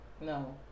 No